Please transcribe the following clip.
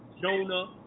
Jonah